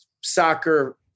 soccer